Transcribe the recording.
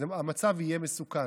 המצב יהיה מסוכן.